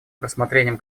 рассмотрением